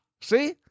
See